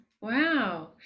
Wow